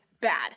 bad